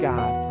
God